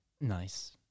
Nice